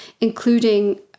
including